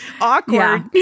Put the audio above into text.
Awkward